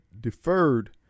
deferred